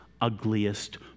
ugliest